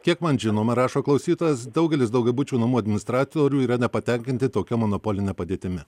kiek man žinoma rašo klausytojas daugelis daugiabučių namų administratorių yra nepatenkinti tokia monopoline padėtimi